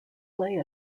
lay